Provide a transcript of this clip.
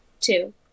Two